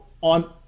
on